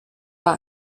war